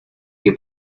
que